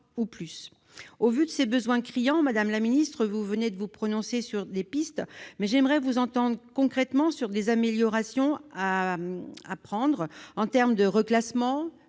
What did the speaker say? ou plus. Au vu de ses besoins criants, madame la ministre, vous venez de vous prononcer sur des pistes. Mais j'aimerais vous entendre concrètement sur des améliorations à prendre en termes de reclassement,